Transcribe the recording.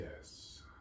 yes